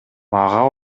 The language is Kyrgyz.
мага